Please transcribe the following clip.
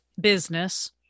business